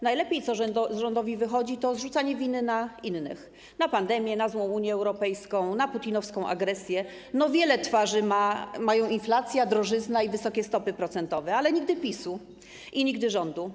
Najlepiej rządowi wychodzi zrzucanie winy na innych: na pandemię, na złą Unię Europejską, na Putinowską agresję, no wiele twarzy mają inflacja, drożyzna i wysokie stopy procentowe, ale nigdy PiS-u i nigdy rządu.